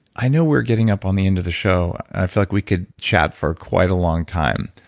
i know we're getting up on the end of the show. i feel like we could chat for quite a long time.